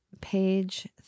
Page